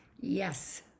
Yes